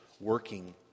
working